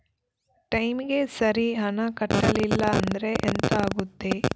ಟೈಮಿಗೆ ಸರಿ ಹಣ ಕಟ್ಟಲಿಲ್ಲ ಅಂದ್ರೆ ಎಂಥ ಆಗುತ್ತೆ?